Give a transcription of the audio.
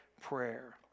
prayer